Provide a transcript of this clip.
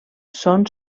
són